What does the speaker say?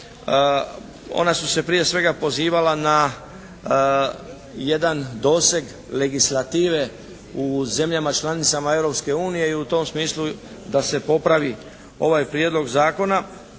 Ona su se prije svega pozivala na jedan doseg legis lative u zemljama članicama Europske unije i u tom smislu da se popravi ovaj Prijedlog zakona.